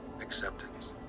acceptance